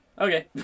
Okay